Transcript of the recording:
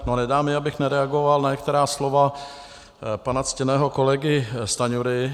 Nedá mi, abych nereagoval na některá slova pana ctěného kolegy Stanjury.